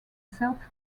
self